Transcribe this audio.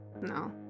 No